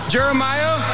Jeremiah